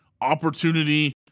opportunity